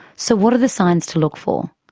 so what are the signs to look for?